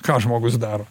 ką žmogus daro